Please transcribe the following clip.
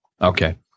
Okay